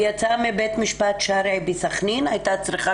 היא יצאה מבית המשפט בסחנין והיתה צריכה